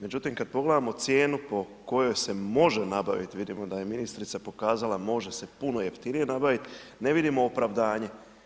Međutim, kad pogledamo cijenu po kojoj se može nabaviti, vidimo da je ministrica pokazala može se puno jeftinije nabavit, ne vidimo opravdanje.